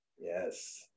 Yes